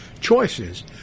Choices